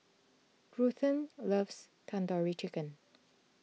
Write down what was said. Ruthanne loves Tandoori Chicken